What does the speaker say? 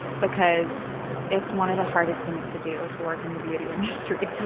because it's one of the hardest things to do, to work in the beauty industry.